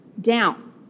down